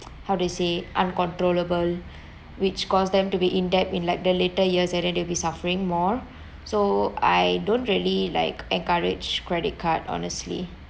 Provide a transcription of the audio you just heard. how to say uncontrollable which caused them to be in debt in like the later years and then they'll be suffering more so I don't really like encourage credit card honestly